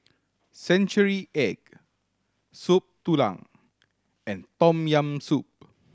century egg Soup Tulang and Tom Yam Soup